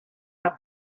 amb